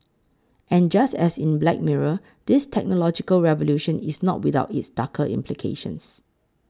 and just as in Black Mirror this technological revolution is not without its darker implications